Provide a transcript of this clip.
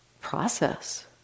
process